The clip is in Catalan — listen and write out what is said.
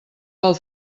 pel